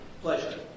Pleasure